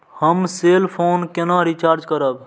हम cell phone केना recharge करब?